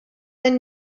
man